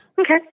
Okay